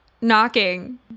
knocking